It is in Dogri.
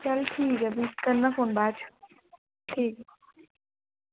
चल ठीक ऐ फ्ही करना फोन बाच ठीक